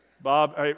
Bob